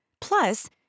Plus